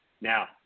Now